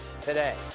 today